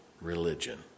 religion